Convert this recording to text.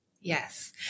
Yes